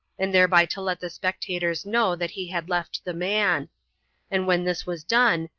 and thereby to let the spectators know that he had left the man and when this was done,